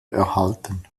erhalten